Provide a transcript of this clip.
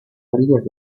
orillas